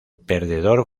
perdedor